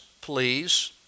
please